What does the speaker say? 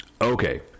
Okay